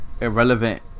irrelevant